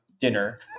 dinner